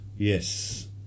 Yes